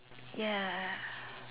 ya